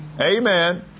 Amen